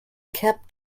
cab